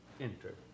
enter